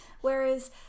whereas